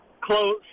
close